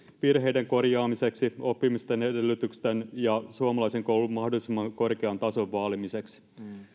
virheiden korjaamiseksi oppimisen edellytysten ja suomalaisen koulun mahdollisimman korkean tason vaalimiseksi